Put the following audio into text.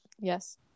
Yes